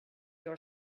your